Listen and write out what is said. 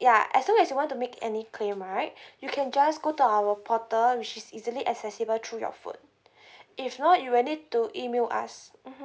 ya as long as you want to make any claim right you can just go to our portal which is easily accessible through your phone if not you will need to email us mmhmm